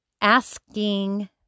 asking